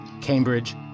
Cambridge